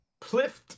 Plift